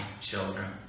children